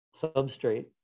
substrate